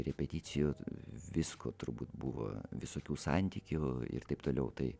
repeticijos visko turbūt buvo visokių santykių ir taip toliau tai